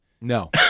No